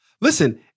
Listen